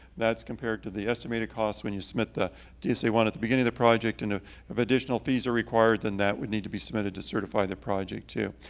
that's compared to the estimated costs when you submit the dsa one at the beginning of the project. and ah if additional fees are required, then that would need to be submitted to certify the project too.